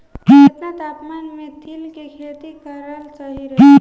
केतना तापमान मे तिल के खेती कराल सही रही?